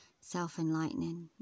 self-enlightening